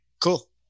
cool